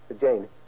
Jane